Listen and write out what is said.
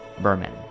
Berman